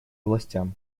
властям